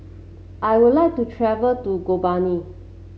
I would like to travel to Gaborone